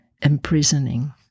imprisoning